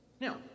Now